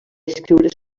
escriure